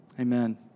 Amen